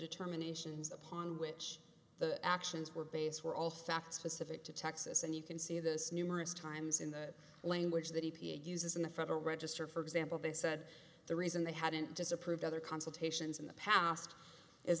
determinations upon which the actions were based were all staffed specific to texas and you can see this numerous times in the language that he uses in the federal register for example they said the reason they hadn't disapproved other consultations in the past is